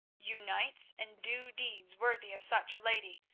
you knights, and do deeds worthy of such a lady,